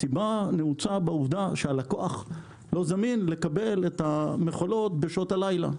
הסיבה נעוצה בעובדה שהלקוח לא זמין לקבל את המכולות בשעות הלילה.